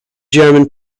german